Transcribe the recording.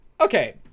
okay